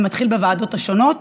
זה מתחיל בוועדות השונות,